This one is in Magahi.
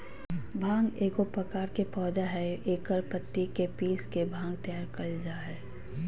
भांग एगो प्रकार के पौधा हइ एकर पत्ति के पीस के भांग तैयार कइल जा हइ